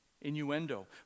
innuendo